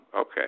Okay